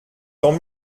tant